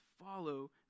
follow